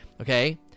okay